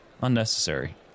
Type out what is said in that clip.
unnecessary